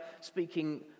speaking